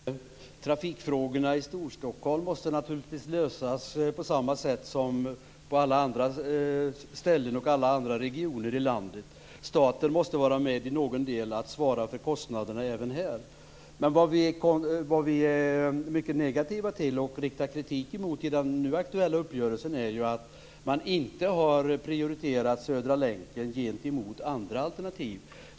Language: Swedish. Herr talman! Trafikfrågorna i Storstockholm måste naturligtvis lösas på samma sätt som på alla andra ställen och i alla andra regioner i landet. Staten måste vara med och svara för kostnaderna i någon del även här. Vad vi är mycket negativa till och riktar kritik emot i den nu aktuella uppgörelsen är att man inte har prioriterat Södra länken gentemot andra alternativ.